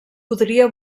podria